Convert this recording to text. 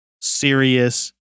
serious